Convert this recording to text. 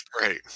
Right